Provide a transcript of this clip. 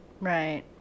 right